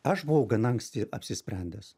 aš buvau gana anksti apsisprendęs